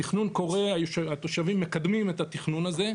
התכנון קורה, התושבים מקדמים את התכנון הזה,